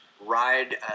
ride